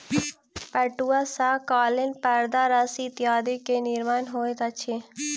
पटुआ सॅ कालीन परदा रस्सी इत्यादि के निर्माण होइत अछि